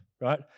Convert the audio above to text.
right